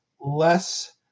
less